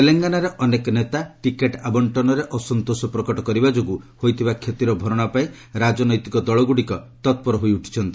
ତେଲଙ୍ଗାନାରେ ଅନେକ ନେତା ଟିକେଟ୍ ଆବଶ୍ଚନରେ ଅସନ୍ତୋଷ ପ୍ରକଟ କରିବା ଯୋଗୁଁ ହୋଇଥିବା କ୍ଷତିର ଭରଣାପାଇଁ ରାଜନୈତିକ ଦଳଗୁଡ଼ିକ ତତ୍ପର ହୋଇଉଠିଛନ୍ତି